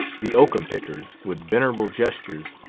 the oakum-pickers, with venerable gestures,